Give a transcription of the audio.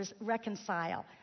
reconcile